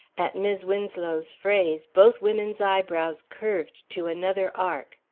at mis' winslow's phrase, both women's eyebrows curved to another arc.